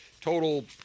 total